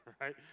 right